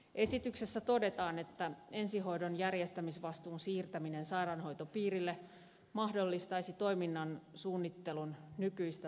esityksessä todetaan että ensihoidon järjestämisvastuun siirtäminen sairaanhoitopiirille mahdollistaisi toiminnan suunnittelun nykyistä taloudellisemmin